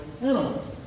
animals